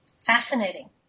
Fascinating